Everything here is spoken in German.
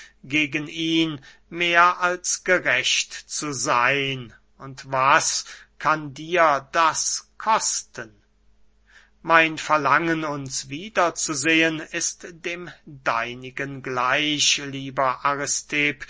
gegen ihn mehr als gerecht zu seyn und was kann dir das kosten mein verlangen uns wiederzusehen ist dem deinigen gleich lieber